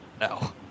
No